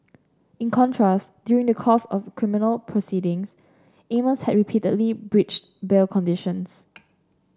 in contrast during the course of criminal proceedings Amos had repeatedly breached bail conditions